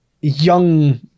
young